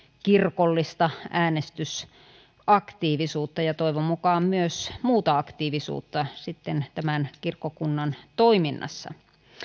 kirkollista äänestysaktiivisuutta ja toivon mukaan myös muuta aktiivisuutta sitten tämän kirkkokunnan toiminnassa